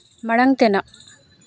ᱢᱟᱲᱟᱝ ᱛᱮᱱᱟᱜ